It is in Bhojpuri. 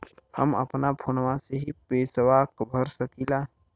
हम अपना फोनवा से ही पेसवा भर सकी ला?